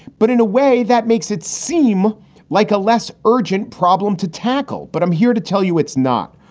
but in a way that makes it seem like a less urgent problem to tackle. but i'm here to tell you it's not.